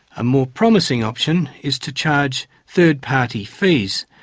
a more promising option is to charge third party fees,